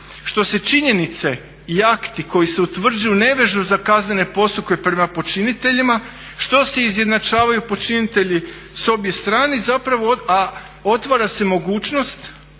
što se činjenice i akti koji se utvrđuju ne vežu za kaznene postupke prema počiniteljima, što se izjednačavaju počinitelji s obje strane i zapravo, a otvara se mogućnost